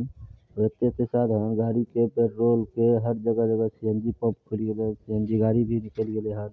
उँ एतेक पइसा रहै गाड़ीके पेट्रोलके हर जगह जगह सी एन जी पम्प खुलि गेलै सी एन जी गाड़ी भी निकलि गेलै हन